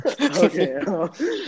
Okay